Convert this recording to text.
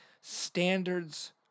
standards